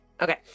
Okay